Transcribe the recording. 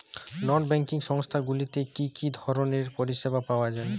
নন banking সংস্থা গুলিতে কি কি ধরনের পরিসেবা পাওয়া য়ায়?